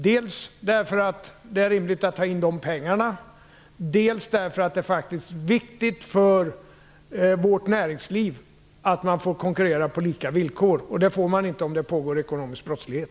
Dels är det rimligt att ta in dessa pengar, dels är det faktiskt viktigt för vårt näringsliv att man får konkurrera på lika villkor. Det får man inte om det förekommer ekonomisk brottslighet.